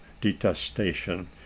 detestation